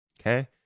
Okay